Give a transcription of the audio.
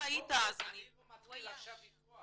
היית --- אני לא מתחיל עכשיו ויכוח.